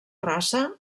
raça